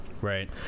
Right